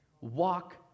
walk